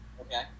Okay